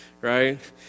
Right